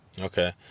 Okay